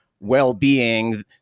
well-being